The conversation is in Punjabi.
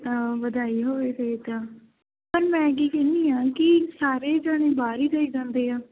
ਵਧਾਈ ਹੋਵੇ ਫਿਰ ਤਾਂ ਪਰ ਮੈਂ ਕੀ ਕਹਿੰਦੀ ਹਾਂ ਕਿ ਸਾਰੇ ਜਾਣੇ ਬਾਹਰ ਹੀ ਜਾਈ ਜਾਂਦੇ ਆ